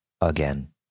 again